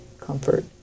comfort